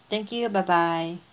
thank you bye bye